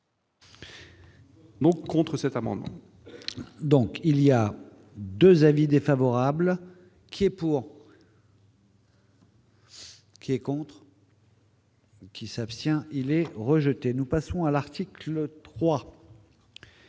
Non, contre cet amendement,